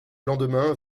lendemain